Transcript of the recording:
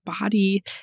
body